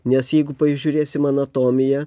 nes jeigu pažiūrėsim anatomiją